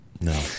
no